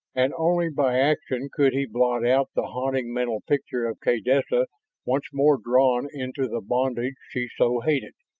and only by action could he blot out the haunting mental picture of kaydessa once more drawn into the bondage she so hated.